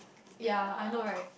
ya I know right